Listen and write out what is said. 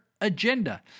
agenda